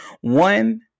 one